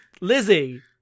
lizzie